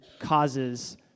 causes